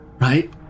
right